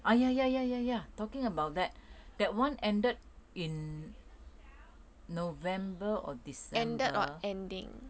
ah ya ya ya ya ya talking about that that [one] ended in november or december